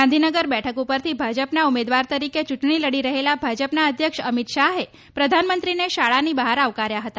ગાંધીનગર બેઠક પરથી ભાજપના ઉમેદવાર તરીકે ચૂંટણી લડી રહેલા ભાજપના અધ્યક્ષ અમિત શાહે પ્રધાનમંત્રીને શાળાની બહાર આવકાર્યા હતા